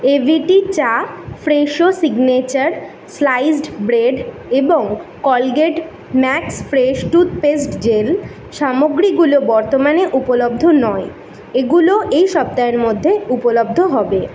AVT চা Fresho signature sliced bread এবং Colgate Max Fresh toothpaste gel সামগ্রীগুলো বর্তমানে উপলব্ধ নয় এগুলো এই সপ্তাহের মধ্যে উপলব্ধ হবে